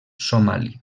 somali